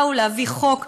באו להביא חוק גדול.